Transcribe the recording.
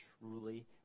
truly